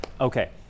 Okay